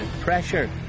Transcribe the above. pressure